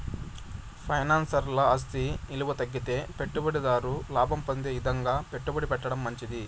ఫైనాన్స్ల ఆస్తి ఇలువ తగ్గితే పెట్టుబడి దారుడు లాభం పొందే ఇదంగా పెట్టుబడి పెట్టడం మంచిది